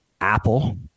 Apple